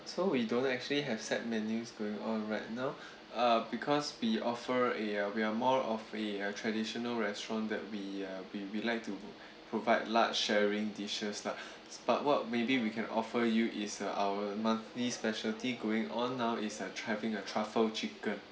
so we don't actually have set menus going on right now uh because we offer a uh we are more of a a traditional restaurant that we uh we we like to provide large sharing dishes lah but what maybe we can offer you is uh our monthly specialty going on now is a having a truffle chicken